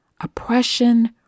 oppression